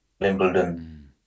Wimbledon